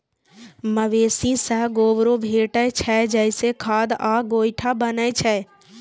मवेशी सं गोबरो भेटै छै, जइसे खाद आ गोइठा बनै छै